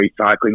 recycling